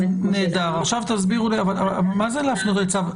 מה זה להפנות לצו?